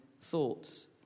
thoughts